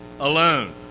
Alone